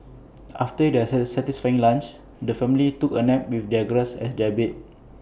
after their satisfying lunch the family took A nap with the grass as their bed